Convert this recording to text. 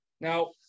Now